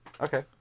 Okay